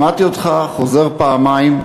שמעתי אותך חוזר פעמיים,